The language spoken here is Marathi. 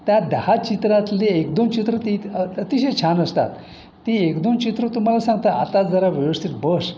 त्या दहा चित्रातले एक दोन चित्रं ती अतिशय छान असतात ती एक दोन चित्रं तुम्हाला सांगतात आता जरा व्यवस्थित बस